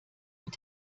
wird